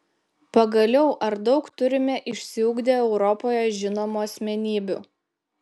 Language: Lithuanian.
pagaliau ar daug turime išsiugdę europoje žinomų asmenybių